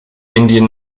indian